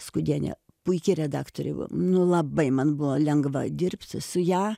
skudienė puiki redaktorė nu labai man buvo lengva dirbti su ja